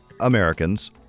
Americans